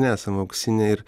nesam auksiniai ir